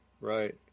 right